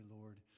Lord